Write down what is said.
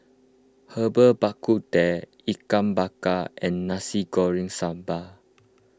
Herbal Bak Ku Teh Ikan Bakar and Nasi Goreng Sambal